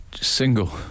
Single